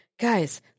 guys